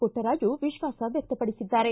ಪುಟ್ಟರಾಜು ವಿಶ್ವಾಸ ವ್ಯಕ್ತಪಡಿಸಿದ್ದಾರೆ